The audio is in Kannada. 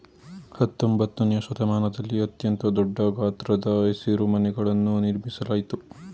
ಹತ್ತೊಂಬತ್ತನೆಯ ಶತಮಾನದಲ್ಲಿ ಅತ್ಯಂತ ದೊಡ್ಡ ಗಾತ್ರದ ಹಸಿರುಮನೆಗಳನ್ನು ನಿರ್ಮಿಸಲಾಯ್ತು